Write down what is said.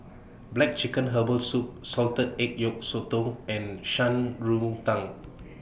Black Chicken Herbal Soup Salted Egg Yolk Sotong and Shan Rui Tang